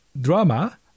drama